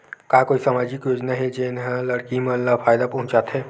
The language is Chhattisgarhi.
का कोई समाजिक योजना हे, जेन हा लड़की मन ला फायदा पहुंचाथे?